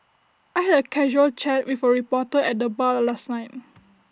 I had A casual chat with A reporter at the bar last night